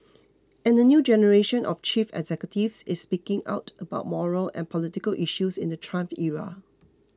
and a new generation of chief executives is speaking out about moral and political issues in the Trump era